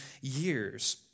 years